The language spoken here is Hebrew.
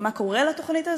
ומה קורה לתוכנית הזאת?